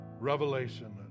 revelation